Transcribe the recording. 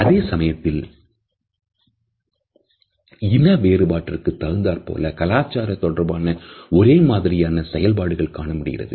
அதே சமயத்தில் இன வேறுபாட்டிற்கு தகுந்தாற்போல கலாச்சார தொடர்பான ஒரே மாதிரியான செயல்பாடுகள் காணமுடிகிறது